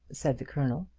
said the colonel.